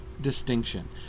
distinction